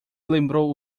lembrou